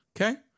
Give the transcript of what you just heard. Okay